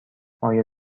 آیا